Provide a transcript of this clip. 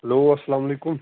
hello اسلامُ علیکُم